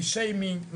משיימינג,